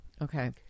Okay